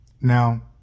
Now